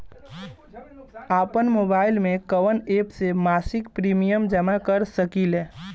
आपनमोबाइल में कवन एप से मासिक प्रिमियम जमा कर सकिले?